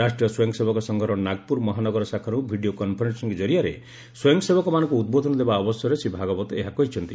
ରାଷ୍ଟ୍ରୀୟ ସ୍ୱୟଂସେବକ ସଂଘର ନାଗପ୍ରର ମହାନଗର ଶାଖାରୁ ଭିଡ଼ିଓ କନ୍ଫରେନ୍ସିଂ ଜରିଆରେ ସ୍ୱୟଂସେବକମାନଙ୍କୁ ଉଦ୍ବୋଧନ ଦେବା ଅବସରରେ ଶ୍ରୀ ଭାଗବତ ଏହା କହିଛନ୍ତି